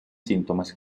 síntomas